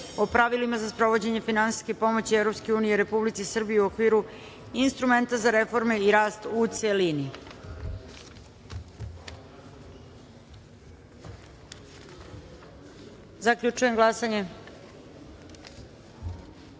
o pravilima za sprovođenje finansijske pomoći EU Republici Srbiji u okviru Instrumenta za reforme i rast, u celini. Molim narodne